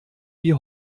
die